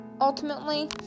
ultimately